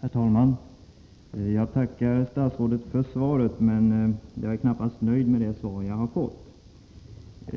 Herr talman! Jag tackar statsrådet för det svar som jag har fått, men jag är inte nöjd med det.